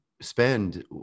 spend